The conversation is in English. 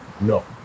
no